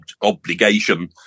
obligation